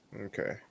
Okay